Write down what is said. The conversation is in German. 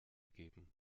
geben